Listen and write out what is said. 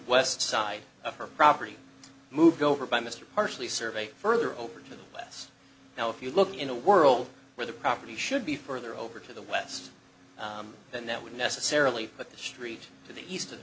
west side of her property moved over by mr partially surveyed further over to the west now if you look in a world where the property should be further over to the west than that would necessarily but the street to the eas